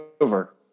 over